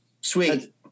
Sweet